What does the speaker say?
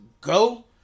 go